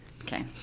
Okay